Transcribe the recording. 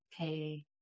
Okay